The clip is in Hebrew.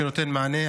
שנותן מענה,